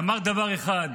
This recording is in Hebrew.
ואמרת דבר אחד: